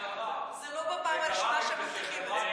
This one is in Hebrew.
זו לא פעם ראשונה שהם מבטיחים את זה.